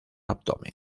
abdomen